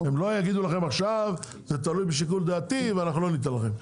הם לא יגידו לכם זה תלוי בשיקול דעתי ואנחנו לא מתערבים,